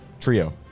trio